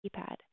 keypad